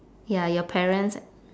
ya your parents